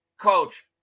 Coach